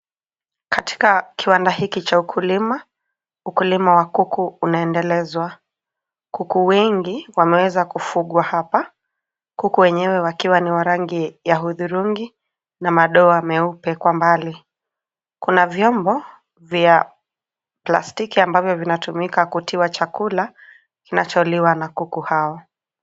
Katika kiwanda hiki cha ukulima, ukulima wa kuku unaendelezwa. Kuku wengi wameweza kufugwa hapa. Kuku wenyewe wakiwa ni wa rangi ya hudhurungi na madoa meupe kwa mbali. Kuna vyombo vya plastiki ambavyo vinatumika kutiwa chakula kinacholiwa na kuku hawa.